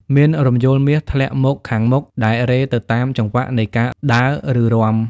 មានរំយោលមាសធ្លាក់មកខាងមុខ ដែលរេទៅតាមចង្វាក់នៃការដើរ ឬរាំ។